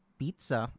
pizza